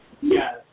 Yes